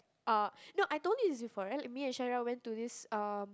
uh no I told you it is for early emission when to this uh